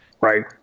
Right